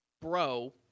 bro